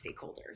stakeholders